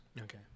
Okay